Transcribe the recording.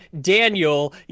Daniel